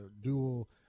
dual